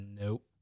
nope